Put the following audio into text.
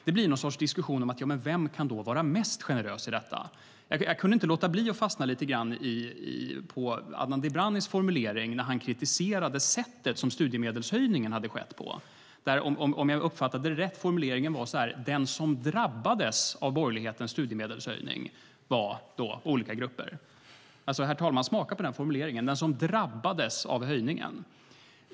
Det blir någon sorts diskussion om vem som kan vara mest generös. Jag kunde inte låta bli att fastna lite grann i Adnan Dibranis formulering när han kritiserade det sätt som studiemedelshöjningen hade skett på. Om jag uppfattade det rätt var formuleringen så här: De som "drabbades" av borgerlighetens studiemedelshöjning var olika grupper. Herr talman! Smaka på den formuleringen: Den som "drabbades" av höjningen.